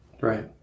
Right